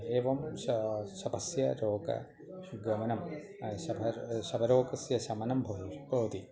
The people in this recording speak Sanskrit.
एवं शा शफस्य रोगगमनं शपर् शफरोगस्य शमनं भवद् भवति